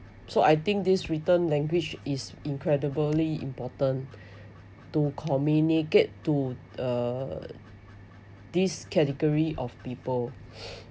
so I think this written language is incredibly important to communicate to uh this category of people